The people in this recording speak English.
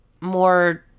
more